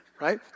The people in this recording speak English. right